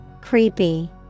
Creepy